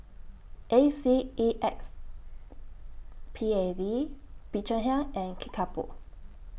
A C E X P A D Bee Cheng Hiang and Kickapoo